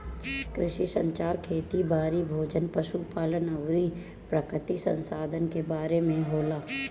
कृषि संचार खेती बारी, भोजन, पशु पालन अउरी प्राकृतिक संसधान के बारे में होला